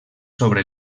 sobre